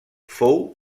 fou